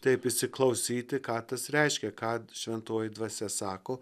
taip įsiklausyti ką tas reiškia ką šventoji dvasia sako